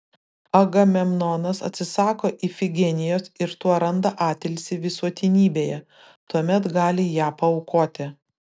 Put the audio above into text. agamemnonas atsisako ifigenijos ir tuo randa atilsį visuotinybėje tuomet gali ją paaukoti